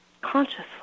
consciously